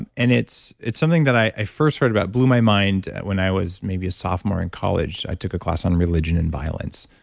and and it's it's something that i first read about, it blew my mind when i was maybe a sophomore in college. i took a class on religion and violence.